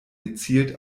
gezielt